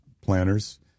planners